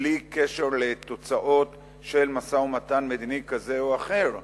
בלי קשר לתוצאות של משא-ומתן מדיני כזה או אחר,